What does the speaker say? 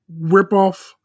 ripoff